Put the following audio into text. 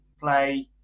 play